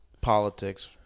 politics